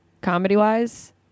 comedy-wise